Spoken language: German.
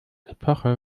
epoche